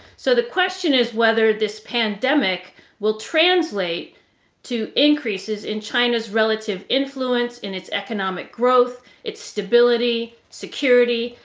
so, the question is whether this pandemic will translate to increases in china's relative influence, in its economic growth, its stability, security,